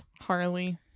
Harley